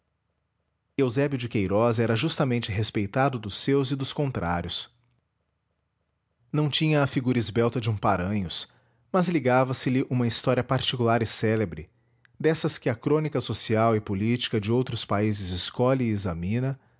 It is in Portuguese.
eusébio de queirós era justamente respeitado dos seus e dos contrários não tinha a figura esbelta de um paranhos mas ligava se lhe uma história particular e célebre dessas que a crônica social e política de outros países escolhe e examina